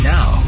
Now